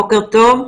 בוקר טוב.